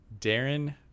Darren